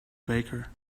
baker